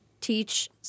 teach